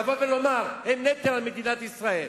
לבוא ולומר: הם נטל על מדינת ישראל?